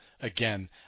Again